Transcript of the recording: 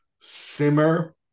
simmer